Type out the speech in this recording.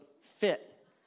fit